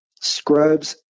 Scrubs